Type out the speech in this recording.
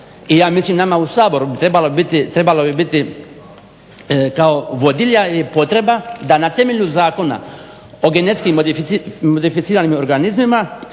i ja mislim nama u Saboru bi trebalo biti, trebalo bi biti kao vodilja i potreba da na temelju Zakona o genetski modificiranim organizmima